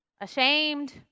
ashamed